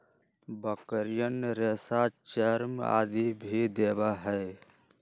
बकरियन रेशा, चर्म आदि भी देवा हई